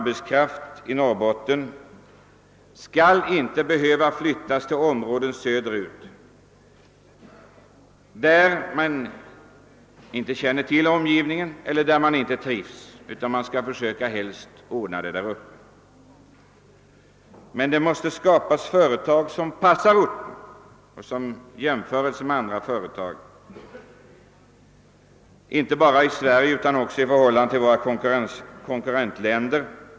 Människorna i Norrbotten skall inte behöva flytta till områden söderut där de inte känner till omgivningen eller inte trivs. Vi skall helst försöka ordna sysselsättning för dem där uppe. Men det måste skapas företag som passar orten och som kan ta upp en meningsfull konkurrens med andra företag, inte bara i Sverige utan också i våra konkurrentländer.